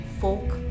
folk